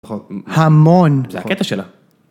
המון. -זה הקטע שלה.